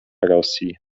rosji